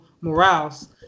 Morales